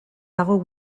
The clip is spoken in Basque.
dago